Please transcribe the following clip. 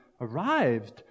arrived